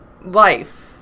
life